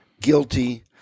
guilty